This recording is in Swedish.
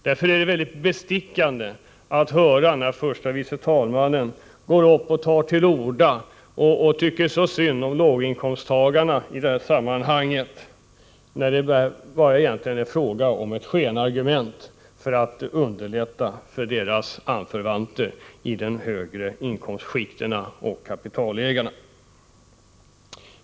Det kan alltså låta mycket bestickande när förste vice talmannen tycker så synd om låginkomsttagarna i det här sammanhanget, men det är bara fråga om skenargument för att underlätta för anförvanterna i de högre inkomstskikten och bland kapitalägarna.